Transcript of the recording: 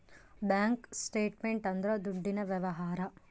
bank statement ಅಂದ್ರ ದುಡ್ಡಿನ ವ್ಯವಹಾರ